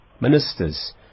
ministers